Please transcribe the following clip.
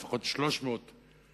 לפחות 300 משרות